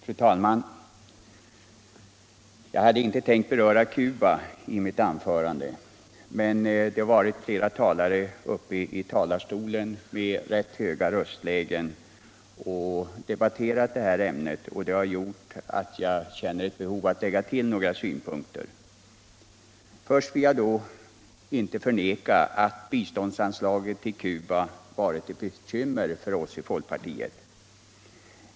Fru talman! Jag hade inte tänkt beröra Cuba i mitt anförande. Men eftersom flera talare i; ett rätt högt röstläge har debatterat det ämnet, har jag ett behov av att lägga till några synpunkter. Jag vill inte förneka att biståndsanslaget till Cuba har varit ett bekymmer för oss i folkpartiet.